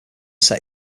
set